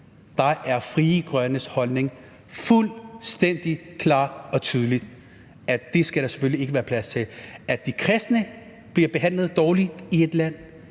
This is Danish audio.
er Frie Grønnes holdning fuldstændig klar og tydelig: Det skal der selvfølgelig ikke være plads til. At kristne bliver behandlet dårligt i et land,